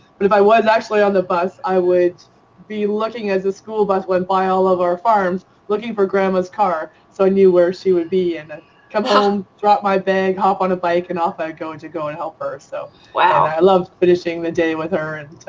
but if i was actually on the bus, i would be looking as the school bus went by all of our farms looking for grandma's car so i knew where she would be and come home, drop my bag, hop on a bike and off i go and to go and help her so i love finishing the day with her.